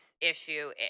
issue